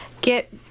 get